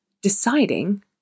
deciding